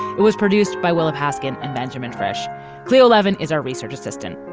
it was produced by willa paskin and benjamin fresh cleo levin is our research assistant.